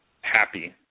Happy